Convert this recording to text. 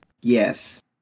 Yes